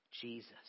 Jesus